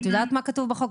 את יודעת מה כתוב בחוק?